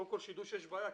קודם כל שיידעו שיש בעיה,